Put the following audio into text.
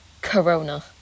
Corona